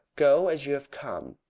go as you have come.